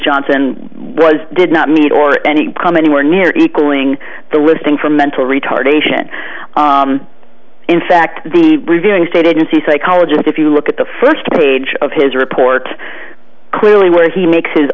johnson was did not meet or any come anywhere near equaling the listing for mental retardation in fact the revealing stated and see psychologist if you look at the first page of his report clearly where he makes his